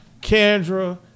Kendra